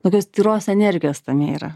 tokios tyros energijos tame yra